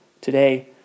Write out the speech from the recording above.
Today